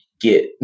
get